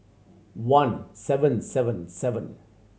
one seven seven seven